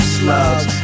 slugs